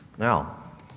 Now